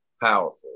powerful